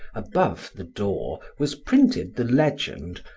above the door was printed the legend,